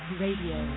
radio